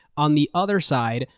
on the other side,